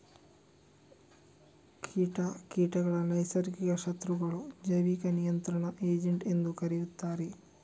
ಕೀಟ ಕೀಟಗಳ ನೈಸರ್ಗಿಕ ಶತ್ರುಗಳು, ಜೈವಿಕ ನಿಯಂತ್ರಣ ಏಜೆಂಟ್ ಎಂದೂ ಕರೆಯುತ್ತಾರೆ